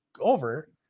over